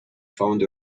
found